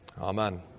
amen